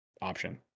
option